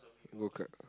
go-kart